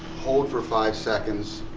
hold for five seconds,